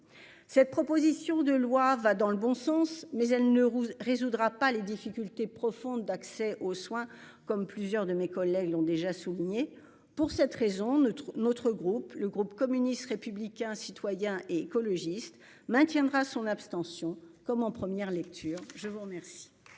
Cette proposition de loi va dans le bon sens, mais elle ne résoudra pas les difficultés profondes d'accès aux soins. Comme plusieurs de mes collègues l'ont déjà souligné pour cette raison ne notre groupe le groupe communiste, républicain, citoyen et écologiste maintiendra son abstention comme en première lecture. Je vous remercie.